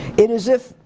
it is if,